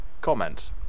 comment